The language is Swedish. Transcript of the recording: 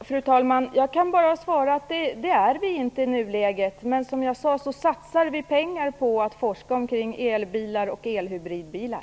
Fru talman! Jag kan bara svara att vi inte är det i nuläget. Men som jag sagt satsar vi pengar på forskning kring elbilar och elhybridbilar.